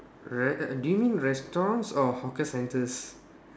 re~ do you mean restaurants or hawker centres